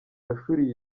mashuri